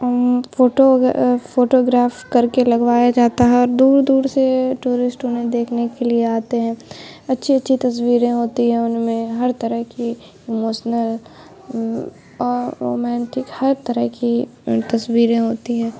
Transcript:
photo photograph کر کے لگوایا جاتا ہے اور دور دور سے ٹورسٹ انہیں دیکھنے کے لیے آتے ہیں اچھی اچھی تصویریں ہوتی ہیں ان میں ہر طرح کی اموشنل اور رومینٹک ہر طرح کی تصویریں ہوتی ہیں